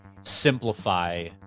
simplify